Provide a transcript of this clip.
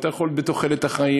אתה יכול לדבר על תוחלת החיים.